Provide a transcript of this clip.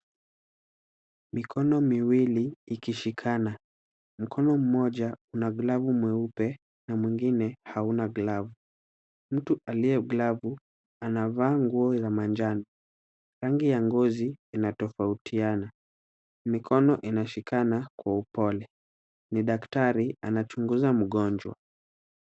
Mikono miwili ikishikana. Mkono mmoja una glavu mweupe na mwingine hauna glavu. Mtu aliye na glavu anavaa nguo la manjano. Rangi ya ngozi ina tofautina. Mikono inashikana kwa upole. Ni daktari anachunguza mgonjwa.